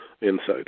insight